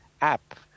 app